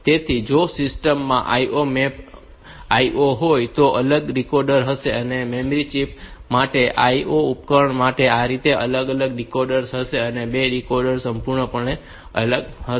તેથી જો સિસ્ટમ માં IO મેપ્ડ IO હોય તો 2 અલગ ડીકોડર્સ હશે એક મેમરી ચિપ્સ માટે અને એક IO ઉપકરણો માટે આ રીતે 2 અલગ અલગ ડીકોડર્સ હશે અને 2 ડીકોડિંગ સંપૂર્ણપણે અલગ હશે